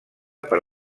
per